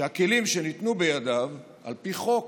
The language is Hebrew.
שהכלים שניתנו בידיו על פי חוק